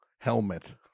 Helmet